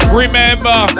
remember